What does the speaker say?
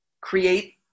create